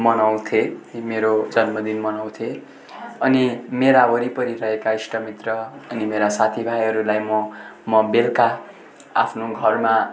मनाउँथे मेरो जन्मदिन मनाउँथे अनि मेरा वरिपरि रहेका इष्टमित्र अनि मेरा साथीभाइहरूलाई म म बेलुका आफ्नो घरमा